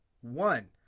one